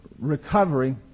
recovery